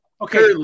okay